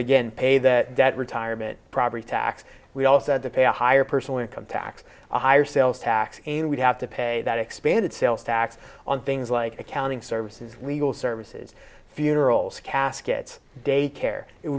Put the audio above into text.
again pay that debt retirement property tax we also had to pay a higher personal income tax a higher sales tax and we'd have to pay that expanded sales tax on things like accounting services legal services funerals caskets daycare it